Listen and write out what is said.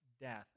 death